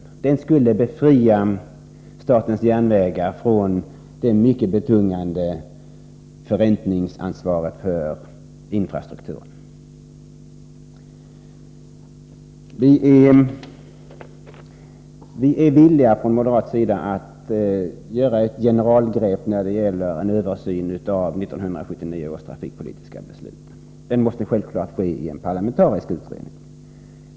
En sådan modell skulle befria statens järnvägar från det mycket betungande förräntningsansvaret för infrastrukturen. Vi är från moderat sida villiga att ta ett generalgrepp när det gäller en översyn av 1979 års trafikpolitiska beslut. Det måste självfallet ske i en parlamentarisk utredning.